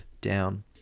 down